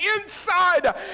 inside